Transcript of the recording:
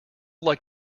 like